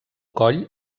coll